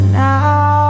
now